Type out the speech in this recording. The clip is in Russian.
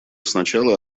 сначала